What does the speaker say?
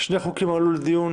שני חוקים עלו לדיון